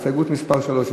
הסתייגות מס' 3,